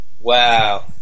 Wow